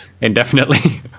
indefinitely